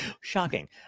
Shocking